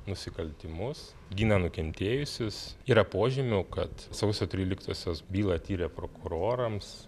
nusikaltimus gina nukentėjusius yra požymių kad sausio tryliktosios bylą tyrę prokurorams